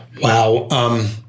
Wow